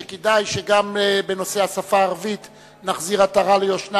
שכדאי שגם בנושא השפה הערבית נחזיר עטרה ליושנה